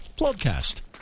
podcast